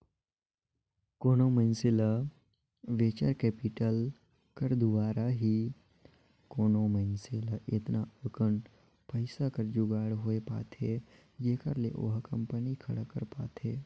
कोनो मइनसे ल वेंचर कैपिटल कर दुवारा ही कोनो मइनसे ल एतना अकन पइसा कर जुगाड़ होए पाथे जेखर ले ओहा कंपनी खड़ा कर पाथे